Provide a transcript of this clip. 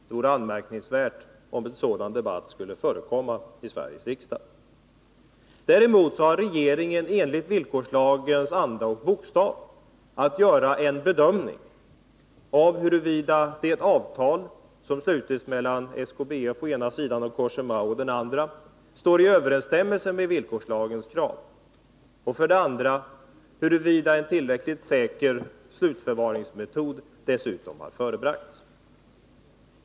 Det vore anmärkningsvärt om en sådan debatt skulle förekomma i Sveriges riksdag. Däremot har regeringen enligt villkorslagens anda och bokstav att göra en bedömning av huruvida det avtal som slutits mellan SKBF å ena sidan och Cogéma å andra sidan står i överensstämmelse med villkorslagens krav och huruvida en tillräckligt säker slutförvaringsmetod dessutom har förebragts.